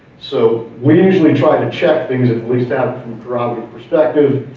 so we usually try to check things at least out from from and perspective.